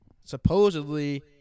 supposedly